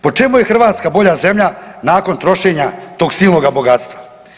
Po čemu je Hrvatska bolja zemlja nakon trošenja tog silnoga bogatstva?